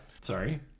Sorry